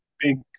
big